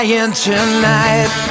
Tonight